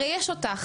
הרי יש אותך,